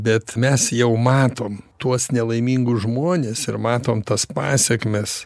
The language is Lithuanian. bet mes jau matom tuos nelaimingus žmones ir matom tas pasekmes